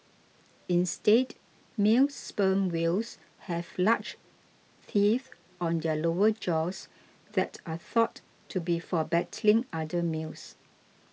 instead male sperm whales have large teeth on their lower jaws that are thought to be for battling other males